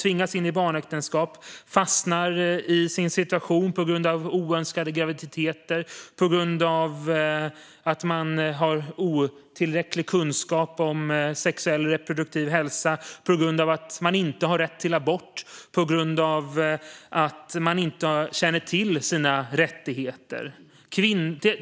De kan också fastna i sin situation på grund av oönskade graviditeter, otillräcklig kunskap om reproduktiv hälsa, att man inte har rätt till abort eller att man inte känner till sina rättigheter.